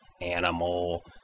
animal